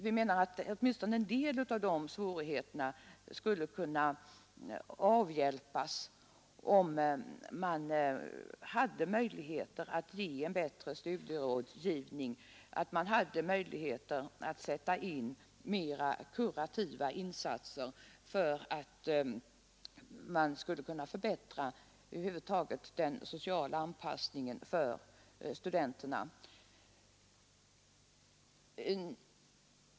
Vi menar att åtminstone en del av de svårigheterna skulle kunna avhjälpas om man hade möjligheter att ge en bättre studierådgivning, och göra mer kurativa insatser för att förbättra den sociala anpassningen över huvud taget för studenterna.